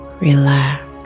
relax